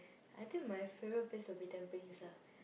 I think my favourite place will be Tampines ah